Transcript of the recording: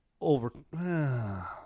over –